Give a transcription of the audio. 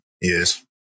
Yes